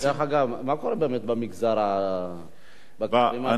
מה קורה באמת במגזר הערבי בעניין הזה?